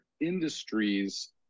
industries